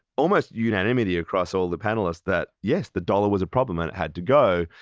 almost unanimity across all the panelists that yes, the dollar was a problem and it had to go,